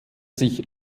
sich